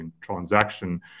transaction